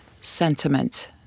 sentiment